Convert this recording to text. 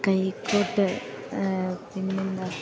കൈക്കോട്ട് പിന്നെന്താ